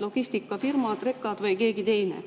logistikafirmad, rekad või keegi teine.